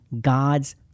God's